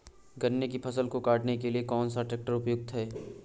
गन्ने की फसल को काटने के लिए कौन सा ट्रैक्टर उपयुक्त है?